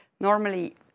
normally